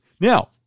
Now